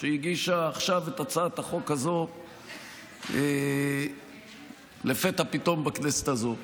שהגישה עכשיו את הצעת החוק הזו לפתע פתאום בכנסת הזו.